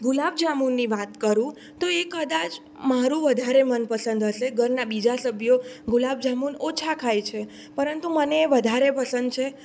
ગુલાબજાંબુની વાત કરું તો એ કદાચ મારું વધારે મનપસંદ હશે ઘરના બીજા સભ્યો ગુલાબ જાંબુ ઓછા ખાય છે પરંતુ મને વધારે પસંદ છે